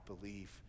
believe